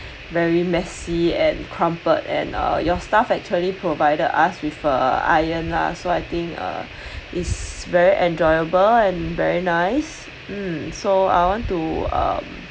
very messy and crumpled and uh your staff actually provided us with a iron lah so I think uh it's very enjoyable and very nice mm so I want to um